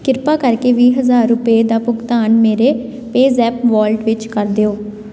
ਕਿਰਪਾ ਕਰਕੇ ਵੀਹ ਹਜ਼ਾਰ ਰੁਪਏ ਦਾ ਭੁਗਤਾਨ ਮੇਰੇ ਪੇਜ਼ੈਪ ਵੋਲਟ ਵਿੱਚ ਕਰ ਦਿਓ